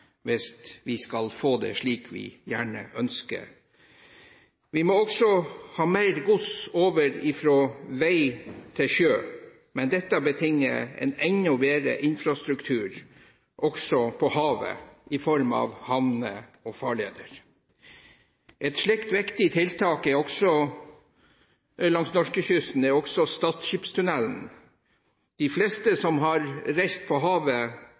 hvis vi skal få det slik vi gjerne ønsker. Vi må også ha mer gods over fra vei til sjø, men dette betinger en enda bedre infrastruktur også på havet, i form av havner og farleder. Et slikt viktig tiltak langs norskekysten er Stad skipstunnel. De fleste som har reist på havet